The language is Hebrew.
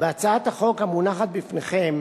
בהצעת החוק המונחת בפניכם